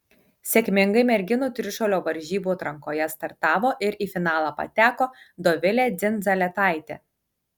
sėkmingai merginų trišuolio varžybų atrankoje startavo ir į finalą pateko dovilė dzindzaletaitė